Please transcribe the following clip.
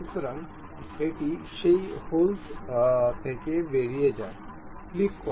সুতরাং এটি সেই হোলস থেকে বেরিয়ে যায় ক্লিক করে